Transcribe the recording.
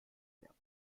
werben